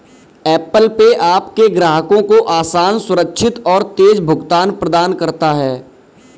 Apple Pay आपके ग्राहकों को आसान, सुरक्षित और तेज़ भुगतान प्रदान करता है